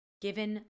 given